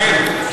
כן.